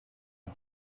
een